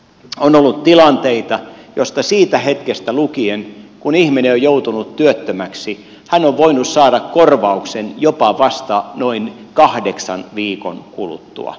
on ollut tilanteita joista siitä hetkestä lukien kun ihminen on joutunut työttömäksi hän on voinut saada korvauksen jopa vasta noin kahdeksan viikon kuluttua